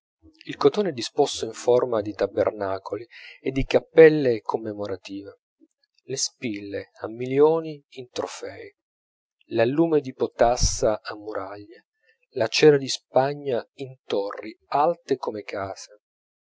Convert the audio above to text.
il cotone è disposto in forma di tabernacoli e di cappelle commemorative le spille a milioni in trofei l'allume di potassa a muraglie la cera di spagna in torri alte come case